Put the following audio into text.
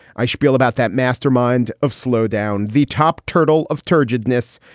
i shpiel about that mastermind of slow down the top turtle of turgid nisse.